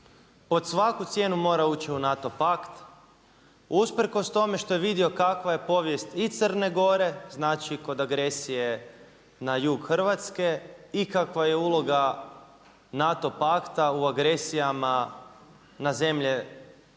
pod svaku cijenu mora ući u NATO pakt, usprkos tome što je vidio kakva je povijest i Crne Gore, znači kod agresije na jug Hrvatske i kakva je uloga NATO pakta u agresijama na zemlje svijeta